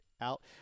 out